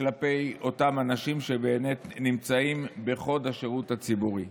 לאלימות כלפי אותם אנשים שנמצאים בחוד השירות הציבורי.